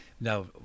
Now